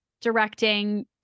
directing